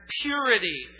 purity